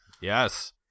Yes